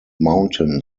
mountain